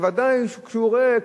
ובוודאי כשהוא רואה,